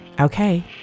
Okay